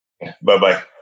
Bye-bye